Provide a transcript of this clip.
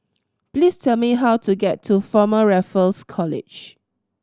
please tell me how to get to Former Raffles College